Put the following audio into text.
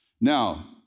Now